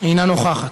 אינה נוכחת.